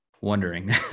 wondering